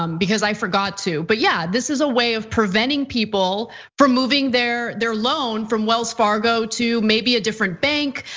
um because i forgot to. but yeah, this is a way of preventing people from moving their their loan from wells fargo to maybe a different bank,